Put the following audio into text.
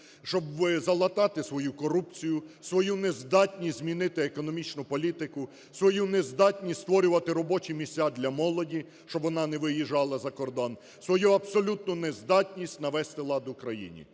щоб залатати свою корупцію, свою нездатність змінити економічну політику, свою нездатність створювати робочі місця для молоді, щоб вона не виїжджала за кордон, свою абсолютну нездатність навести лад у країні.